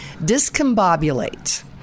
Discombobulate